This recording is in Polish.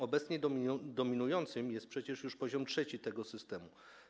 Obecnie dominujący jest przecież już poziom 3. tego systemu.